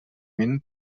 min